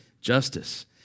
justice